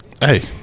Hey